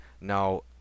Now